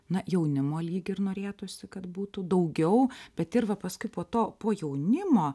na jaunimo lyg ir norėtųsi kad būtų daugiau bet ir va paskui po to po jaunimo